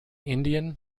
indian